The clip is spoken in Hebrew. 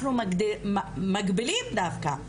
אנחנו מגבילים דווקא,